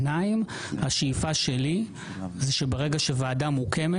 השאיפה שלי זה שברגע שהוועדה תוקם,